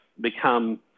become